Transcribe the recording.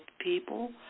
people